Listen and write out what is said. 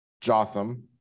Jotham